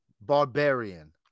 Barbarian